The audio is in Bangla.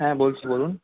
হ্যাঁ বলছি বলুন